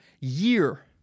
year